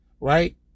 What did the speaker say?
right